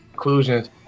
Conclusions